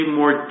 more